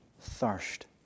thirst